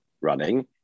running